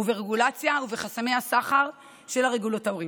ברגולציה ובחסמי הסחר של הרגולטורים,